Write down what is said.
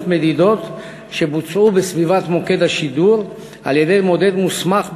מדידות שבוצעו בסביבת מוקד השידור על-ידי מודד מוסמך,